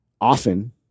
often